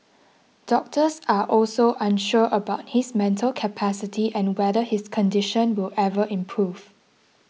doctors are also unsure about his mental capacity and whether his condition will ever improve